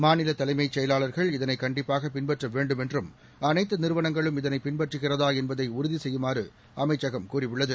மாநில தலைமைச் செயவாளர்கள் இதனை கண்டிப்பாக பின்பற்ற வேண்டும் என்றும் அனைத்து நிறுவனங்களும் இதனை பின்பற்றுகிறதா என்பதை உறுதி செய்யுமாறு அமைச்சகம் கூறியுள்ளது